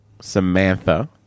Samantha